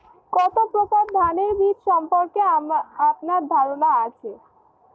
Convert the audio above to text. কত প্রকার ধানের বীজ সম্পর্কে আপনার ধারণা আছে?